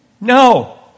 No